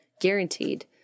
guaranteed